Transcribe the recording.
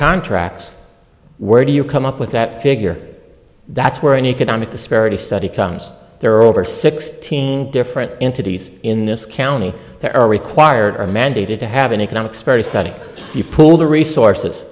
contracts where do you come up with that figure that's where an economic disparity study comes there are over sixteen different entities in this county they're required are mandated to have an economics study you pool their resources